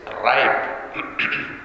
ripe